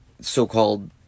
so-called